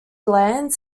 lands